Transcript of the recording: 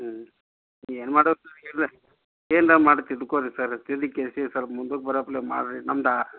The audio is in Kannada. ಹ್ಞೂ ಏನು ಮಾಡೋದು ಸರ್ ಏನರ ಮಾಡಿ ತಿದ್ದುಕೊಡಿ ಸರ್ ತಿದ್ದು ಸ್ವಲ್ಪ ಮುಂದುಕ್ಕೆ ಬರೋ ಅಪ್ಲೆ ಮಾಡಿರಿ ನಮ್ದು